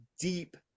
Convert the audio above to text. deep